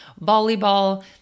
volleyball